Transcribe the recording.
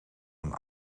een